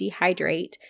dehydrate